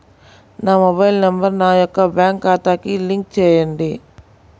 నా mobile number నా యొక్క బ్యాంక్ ఖాతాకి లింక్ చేయండీ?